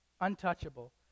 Untouchable